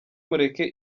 mureke